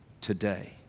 today